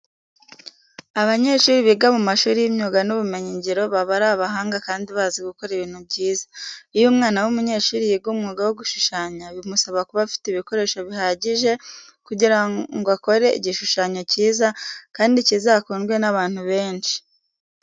Abanyeshuri biga mu mashuri y'imyuga n'ubumenyingiro baba ari abahanga kandi bazi gukora ibintu byiza. Iyo umwana w'umunyeshuri yiga umwuga wo gushushanya, bimusaba kuba afite ibikoresho bihagije kugira ngo akore igishushanyo cyiza kandi kizakundwe n'abantu benshi.